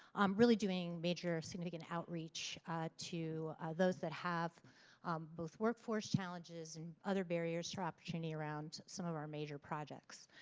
really doing major significant outreach to those that have both work force challenges and other barriers for opportunity around some of our major projects.